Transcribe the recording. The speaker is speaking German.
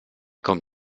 kommt